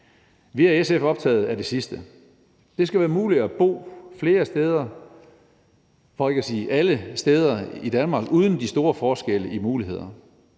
Vi er i SF optaget af det sidste. Det skal være muligt at bo flere steder, for ikke at sige alle steder, i Danmark uden de store forskelle i muligheder.